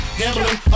gambling